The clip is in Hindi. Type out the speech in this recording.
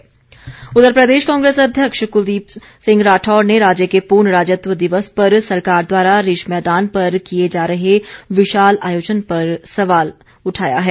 राठौर प्रदेश कांग्रेस अध्यक्ष क्लदीप सिंह राठौर ने राज्य के पूर्ण राज्यत्व दिवस पर सरकार द्वारा रिज मैदान पर किए जा रहे विशाल आयोजन पर सवाल उठाया है